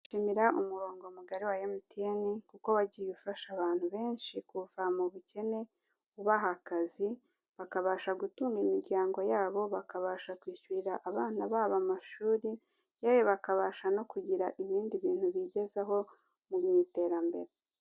Shimira umurongo wa emutiyeni kuko bagifasha abantu benshi kuva mu bukene ibaha akazi, bakabasha gutunga imiryango yabo, bakabasha kwishyurira abana babo amashuri, yewe bakabasha no kugira ibindi bintu bigezaho mu iterambere.